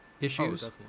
issues